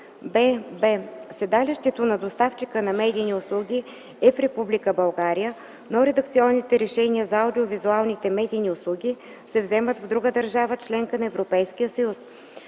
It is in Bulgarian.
бб) седалището на доставчика на медийни услуги е в Република България, но редакционните решения за аудиовизуалните медийни услуги се вземат в друга държава – членка на Европейския съюз,